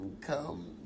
come